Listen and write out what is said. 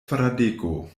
fradeko